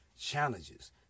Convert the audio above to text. challenges